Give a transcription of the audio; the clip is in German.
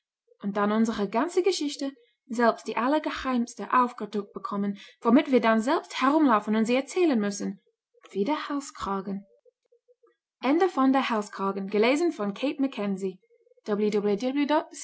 und dann unsere ganze geschichte selbst die allergeheimste aufgedruckt bekommen womit wir dann selbst herumlaufen und sie erzählen müssen